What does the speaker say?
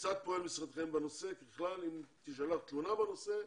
כיצד פועל משרדכם בנושא ככלל אם תישלח תלונה בנושא?